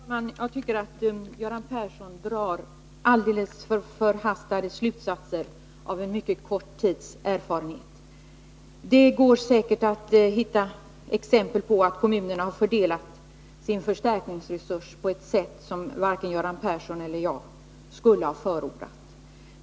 Herr talman! Jag tycker att Göran Persson drar helt förhastade slutsatser av en mycket kort tids erfarenhet. Det går säkert att hitta exempel på att kommunerna har fördelat sin förstärkningsresurs på ett sätt som varken Göran Persson eller jag skulle ha förordat.